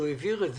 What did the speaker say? שהוא העביר את זה.